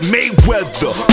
Mayweather